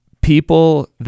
people